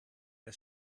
der